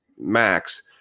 max